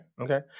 okay